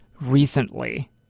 recently